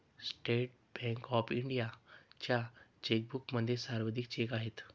state Bank of इंडियाच्या चेकबुकमध्ये सर्वाधिक चेक आहेत